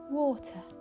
water